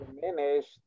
Diminished